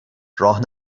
راه